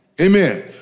Amen